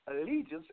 allegiance